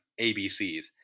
ABCs